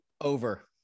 Over